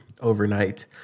overnight